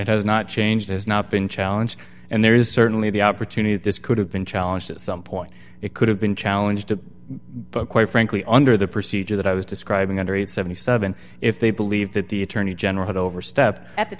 it has not changed has not been challenge and there is certainly the opportunity this could have been challenged at some point it could have been challenge to the quite frankly under the procedure that i was describing under age seventy seven if they believe that the attorney general had overstepped at the